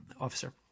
officer